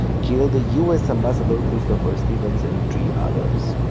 killed u s. ambassador christopher stevens and three others.